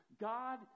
God